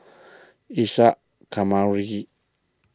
Isa Kamari